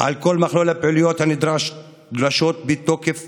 על כל מכלול הפעילויות הנדרשות מתוקף